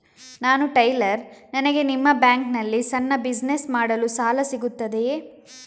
ನಾನು ಟೈಲರ್, ನನಗೆ ನಿಮ್ಮ ಬ್ಯಾಂಕ್ ನಲ್ಲಿ ಸಣ್ಣ ಬಿಸಿನೆಸ್ ಮಾಡಲು ಸಾಲ ಸಿಗುತ್ತದೆಯೇ?